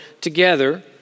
together